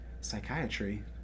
psychiatry